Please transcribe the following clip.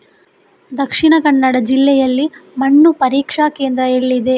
ದಕ್ಷಿಣ ಕನ್ನಡ ಜಿಲ್ಲೆಯಲ್ಲಿ ಮಣ್ಣು ಪರೀಕ್ಷಾ ಕೇಂದ್ರ ಎಲ್ಲಿದೆ?